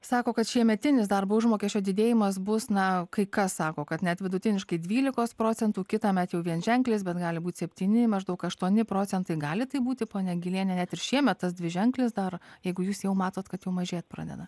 sako kad šiemetinis darbo užmokesčio didėjimas bus na kai kas sako kad net vidutiniškai dvylikos procentų kitąmet jau vienženklis bet gali būt septyni maždaug aštuoni procentai gali taip būti ponia giliene net ir šiemet tas dviženklis dar jeigu jūs jau matot kad jų mažėt pradeda